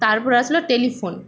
তারপর আসলো টেলিফোন